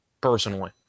personally